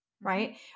right